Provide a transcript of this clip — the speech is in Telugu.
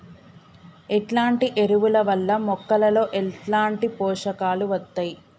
ఎట్లాంటి ఎరువుల వల్ల మొక్కలలో ఎట్లాంటి పోషకాలు వత్తయ్?